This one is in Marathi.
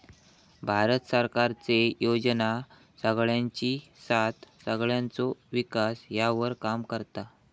भारत सरकारचे योजना सगळ्यांची साथ सगळ्यांचो विकास ह्यावर काम करता